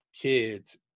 kids